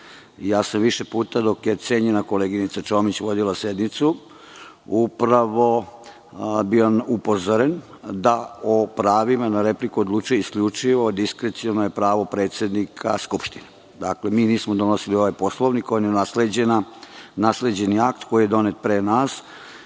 puta sam, dok je cenjena koleginica Čomić vodila sednicu, bio upozoren da o pravima na repliku odlučuje isključivo i diskreciono je pravo predsednika Skupštine. Dakle, mi nismo donosili ovaj Poslovnik, on je nasleđeni akt koji je donet pre nas